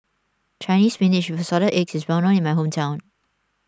Chinese Spinach with Assorted Eggs is well known in my hometown